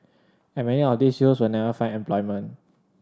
and many of these youth will never find employment